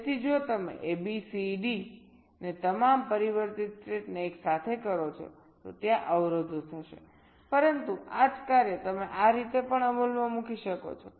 તેથી જો તમે ABCD ને તમામ પરિવર્તિત સ્ટેટને એકસાથે કરો છો તો ત્યાં અવરોધો થશે પરંતુ આ જ કાર્ય તમે આ રીતે પણ અમલમાં મૂકી શકો છો